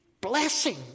Blessing